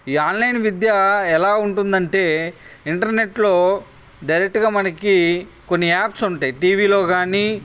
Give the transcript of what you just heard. ఈ ఆన్లైన్ విద్య ఎలా ఉంటుంది అంటే ఇంటర్నెట్లో డైరెక్ట్గా మనకి కొన్ని యాప్స్ ఉంటాయి టీ వీలో కానీ